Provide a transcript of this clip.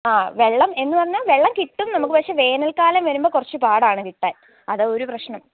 ആ വെള്ളം എന്നുപറഞ്ഞാൽ വെള്ളം കിട്ടും നമുക്ക് പക്ഷേ വേനൽക്കാലം വരുമ്പം കുറച്ച് പാടാണ് കിട്ടാൻ അതാണ് ഒരു പ്രശ്നം